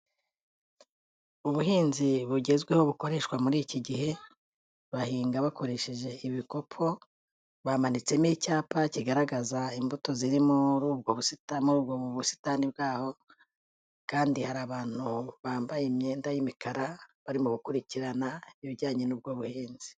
Ubuhinzi bugezweho bukoreshwa muri iki gihe, bahinga bakoresheje ibikopo, bamanitsemo icyapa kigaragaza imbuto ziri muri ubwo busitani bwaho, kandi hari abantu bambaye imyenda y'imikara barimo gukurikirana ibijyanye n'ubwo buhinzi.